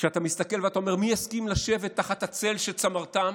ואתה מסתכל ואומר: מי יסכים לשבת תחת הצל של צמרתם?